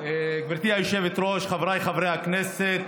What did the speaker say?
גברתי היושבת-ראש, חבריי חברי הכנסת,